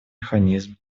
механизм